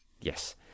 Yes